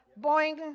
Boing